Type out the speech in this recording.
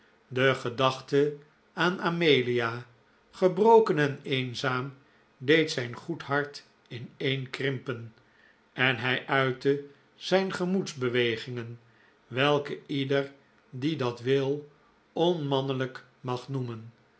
de gedachte aan amelia gebroken en eenzaam deed zijn goed hart ineenkrimpen en hij uitte zijn gemoedsbewegingen wclke ieder die dat wil onmannelijk mag noemen